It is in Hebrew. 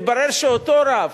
מתברר שאותו רב,